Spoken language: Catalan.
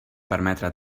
permetre